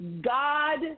God